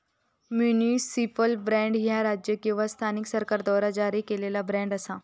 municipal bond, ह्या राज्य किंवा स्थानिक सरकाराद्वारा जारी केलेला बॉण्ड असा